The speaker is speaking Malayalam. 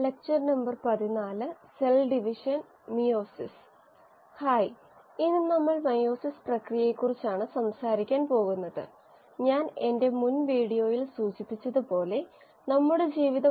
10 മണിക്കൂർ ദൈർഘ്യമുള്ള കോഴ്സായ ബയോറിയാക്ടറുകളെക്കുറിച്ചുള്ള NPTEL ഓൺലൈൻ സർട്ടിഫിക്കേഷൻ കോഴ്സിലെ പ്രഭാഷണം 4 ലേക്ക് സ്വാഗതം